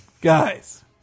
guys